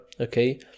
okay